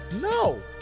no